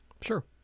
Sure